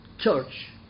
church